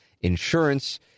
Insurance